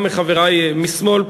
גם לחברי משמאל,